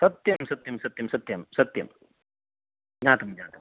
सत्यं सत्यं सत्यं सत्यं सत्यं ज्ञातं ज्ञातं